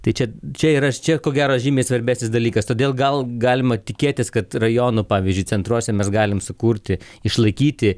tai čia čia ir aš čia ko gero žymiai svarbesnis dalykas todėl gal galima tikėtis kad rajono pavyzdžiui centruose mes galim sukurti išlaikyti